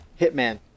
Hitman